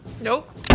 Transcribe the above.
Nope